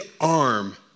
arm